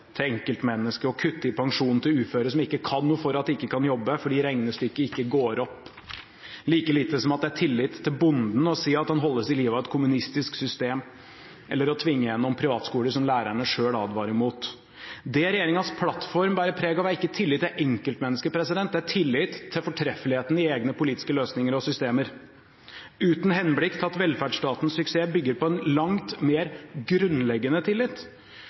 til enkeltmennesket å kutte i pensjonen til uføre som ikke kan noe for at de ikke kan jobbe, fordi regnestykket ikke går opp, like lite som at det er tillit til bonden å si at han holdes i live av et kommunistisk system eller å tvinge gjennom privatskoler som lærerne selv advarer mot. Det regjeringens plattform bærer preg av, er ikke tillit til enkeltmennesket, det er tillit til fortreffeligheten i egne politiske løsninger og systemer, uten henblikk til at velferdsstatens suksess bygger på en langt mer grunnleggende tillit,